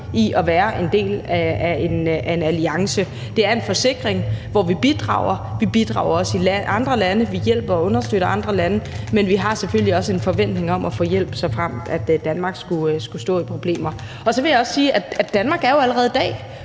i at være en del af en alliance. Det er en forsikring, hvor vi bidrager, og vi bidrager også i andre lande, vi hjælper og understøtter andre lande, men vi har selvfølgelig også en forventning om at få hjælp, såfremt Danmark skulle stå i problemer. Så vil jeg også sige, at Danmark jo allerede i dag